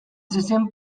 zezen